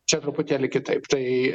čia truputėlį kitaip tai